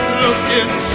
looking